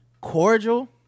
cordial